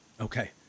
Okay